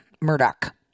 Murdoch